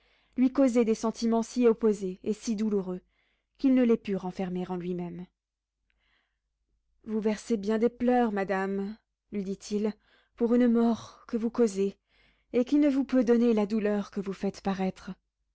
lui causaient des sentiments si opposés et si douloureux qu'il ne les put renfermer en lui-même vous versez bien des pleurs madame lui dit-il pour une mort que vous causez et qui ne vous peut donner la douleur que vous faites paraître